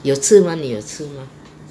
有芝麻你有吃吗